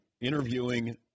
interviewing